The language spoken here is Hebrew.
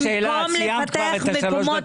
במקום לפתח מקומות